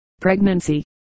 pregnancy